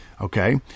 Okay